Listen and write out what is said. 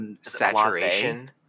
Saturation